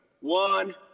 one